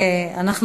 זה האבסורד.